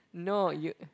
no you